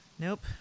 Nope